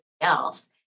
else